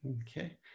Okay